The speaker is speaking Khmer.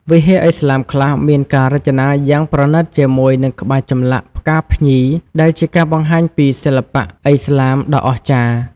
វិហារឥស្លាមខ្លះមានការរចនាយ៉ាងប្រណីតជាមួយនឹងក្បាច់ចម្លាក់ផ្កាភ្ញី ដែលជាការបង្ហាញពីសិល្បៈឥស្លាមដ៏អស្ចារ្យ។